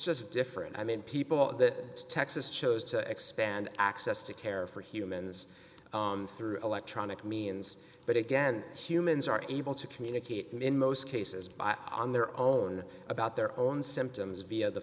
just different i mean people that texas chose to expand access to care for humans through electronic means but again humans are able to communicate in most cases by on their own about their own symptoms via the